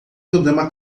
problema